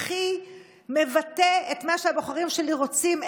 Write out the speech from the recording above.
הכי מבטא את מה שהבוחרים שלי רוצים,